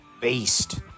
beast